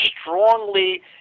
strongly